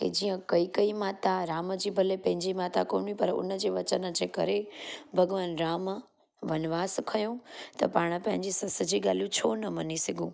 के जीअं कैकई माता राम जे भले पंहिंजी माता कोन्ह हुई पर उन जे वचन जे करे भॻवानु राम वनवास खंयो त पाण पंहिंजी सस जी ॻाल्हियूं छो न मनी सघूं